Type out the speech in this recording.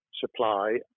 supply